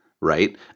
Right